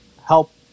help